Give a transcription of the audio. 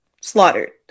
slaughtered